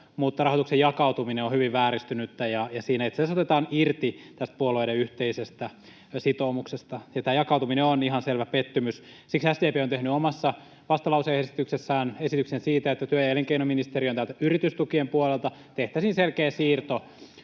mutta rahoituksen jakautuminen on hyvin vääristynyttä. Siinä itse asiassa otetaan irti tästä puolueiden yhteisestä sitoumuksesta, ja tämä jakautuminen on ihan selvä pettymys. Siksi SDP on tehnyt omassa vastalauseessaan esityksen, että työ- ja elinkeinoministeriön yritystukien puolelta tehtäisiin selkeä siirto